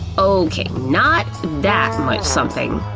okay, not that much something!